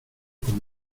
como